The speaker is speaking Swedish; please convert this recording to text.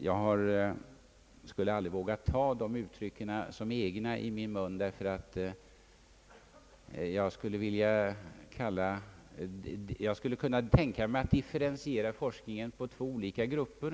Jag skulle aldrig våga lägga uttryck som dessa i min egen mun, men jag skulle kunna tänka mig att differentiera forskningen på två olika grupper.